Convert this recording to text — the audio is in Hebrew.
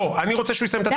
אני רוצה שהוא יסיים את התזה.